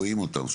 רואים אותם.